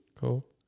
cool